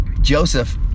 Joseph